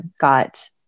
got